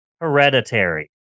Hereditary